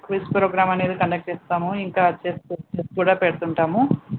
quiz program అనేది conduct చేస్తాము ఇంకా చెస్ కూడా పెడుతుంటాము